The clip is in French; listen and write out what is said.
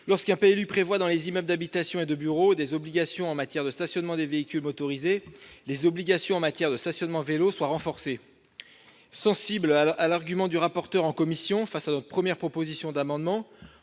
lorsqu'un PLU prévoit, pour les immeubles d'habitation et de bureaux, des obligations en matière de stationnement des véhicules motorisés, les obligations relatives au stationnement des vélos soient renforcées. Sensibles à l'argument avancé par M. le rapporteur, en commission, concernant notre première proposition d'amendement-